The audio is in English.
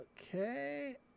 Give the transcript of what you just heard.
Okay